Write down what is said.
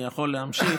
אני יכול להמשיך,